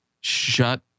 Shut